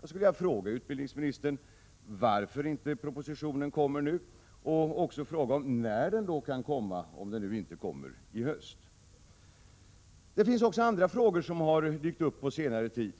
Jag skulle vilja fråga utbildningsministern varför propositionen i fråga inte kommer nu och när kan den väntas komma om den nu inte läggs fram i höst? Även andra frågor har dykt upp på senare tid.